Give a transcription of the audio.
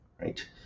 right